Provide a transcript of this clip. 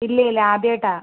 ഇല്ല ഇല്ല ആദ്യം ആയിട്ടാ